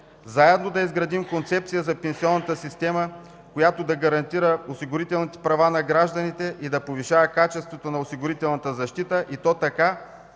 Заедно да изградим концепция за пенсионната система, която да гарантира осигурителните права на гражданите и да повишава качеството на осигурителната защита, и то така,